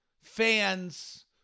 fans